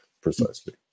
Precisely